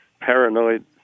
paranoid